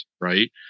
right